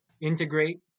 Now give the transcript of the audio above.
integrate